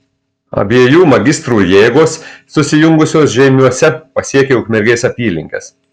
abiejų magistrų jėgos susijungusios žeimiuose pasiekė ukmergės apylinkes